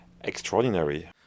extraordinary